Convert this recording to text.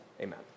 Amen